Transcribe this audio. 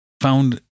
found